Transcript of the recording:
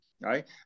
Right